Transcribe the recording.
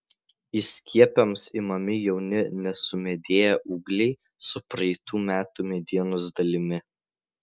įskiepiams imami jauni nesumedėję ūgliai su praeitų metų medienos dalimi